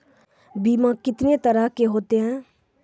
बीमा कितने तरह के होते हैं?